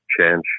change